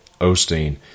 Osteen